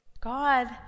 God